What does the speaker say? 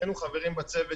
שנינו חברים בצוות,